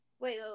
wait